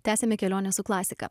tęsiame kelionę su klasika